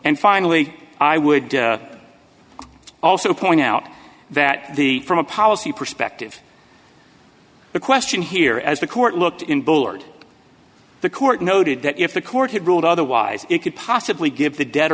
and finally i would also point out that the from a policy perspective the question here as the court looked in bullard the court noted that if the court had ruled otherwise it could possibly give the de